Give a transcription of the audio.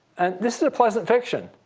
and this is a pleasant fiction.